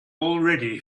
already